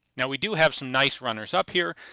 now we do have some nice runners-up here.